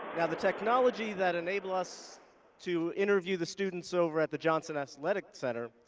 yeah the technology that enables us to interview the students over at the johnson athletic center